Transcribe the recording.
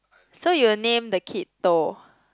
so you will name the kid Thor